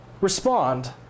respond